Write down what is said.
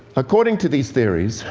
according to these theories,